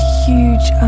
huge